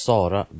Sara